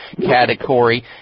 category